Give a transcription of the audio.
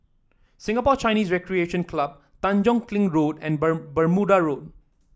Singapore Chinese Recreation Club Tanjong Kling Road and Ber Bermuda Road